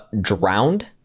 drowned